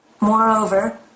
Moreover